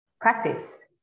practice